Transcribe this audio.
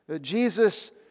Jesus